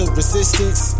resistance